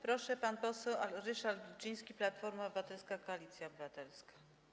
Proszę, pan poseł Ryszard Wilczyński, Platforma Obywatelska - Koalicja Obywatelska.